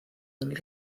del